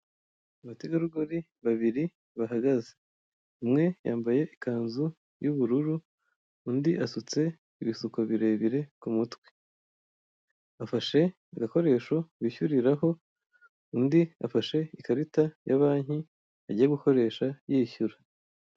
Abategarugori babiri bahagaze umwe yambaye ikanzu y'ubururu undi asutse ibisuko birebire ku mutwe afashe agakoresho bishyuriraho undi afashe ikarita ya banki agiye gukoresha y'ishyura.